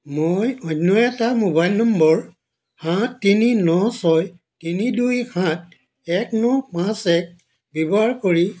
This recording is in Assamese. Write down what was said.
মই অন্য এটা মোবাইল নম্বৰ সাত তিনি ন ছয় তিনি দুই সাত এক ন পাঁচ এক ব্যৱহাৰ কৰি